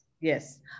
Yes